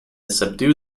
subdue